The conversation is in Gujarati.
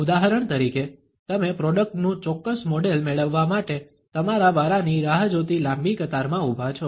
ઉદાહરણ તરીકે તમે પ્રોડક્ટ નું ચોક્કસ મોડેલ મેળવવા માટે તમારા વારાની રાહ જોતી લાંબી કતારમાં ઊભા છો